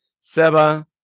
Seba